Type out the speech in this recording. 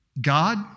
God